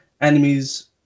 enemies